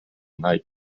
night